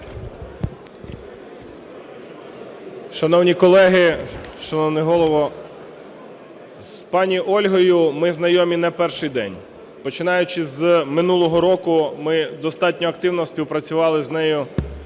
Шановні колеги, шановний Голово, з пані Ольгою ми знайомі не перший день, починаючи з минулого року, ми достатньо активно співпрацювали з нею